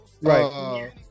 right